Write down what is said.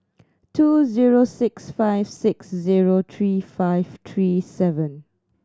two zero six five six zero three five three seven